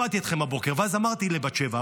שמעתי אתכם הבוקר ואז אמרתי לבת שבע,